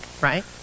right